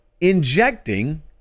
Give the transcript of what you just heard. injecting